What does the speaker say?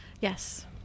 Yes